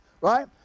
Right